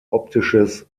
optisches